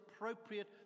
appropriate